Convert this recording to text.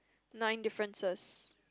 nine differences